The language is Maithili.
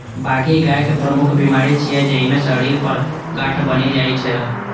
बाघी गाय के प्रमुख बीमारी छियै, जइमे शरीर पर गांठ बनि जाइ छै